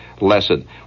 lesson